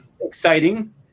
exciting